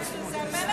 זה,